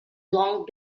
long